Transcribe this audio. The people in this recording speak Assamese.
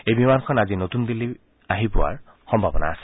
এই বিমানখন আজি নতুন দিল্লী আহি পোৱাৰ সম্ভাৱনা আছে